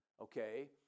okay